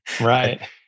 Right